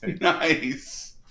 nice